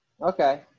Okay